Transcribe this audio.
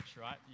right